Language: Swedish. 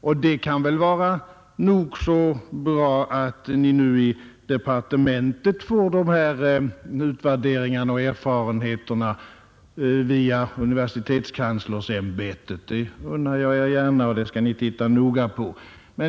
Det är givetvis av värde för er inom departementet att via universitetskanslersämbetet kunna få ta del av dessa utvärderingar och erfarenheter. Det unnar jag er gärna, och jag anser att ni noga bör studera detta material.